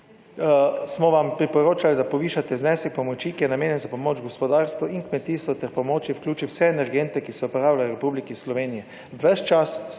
smo vam priporočali, da povišate znesek pomoči, ki je namenjen za pomoč gospodarstvu in kmetijstvu ter pomoči vključi vse energente, ki se uporabljajo v Republiki Sloveniji. Ves čas